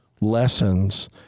lessons